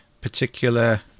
particular